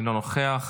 אינו נוכח,